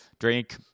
Drink